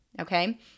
Okay